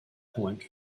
point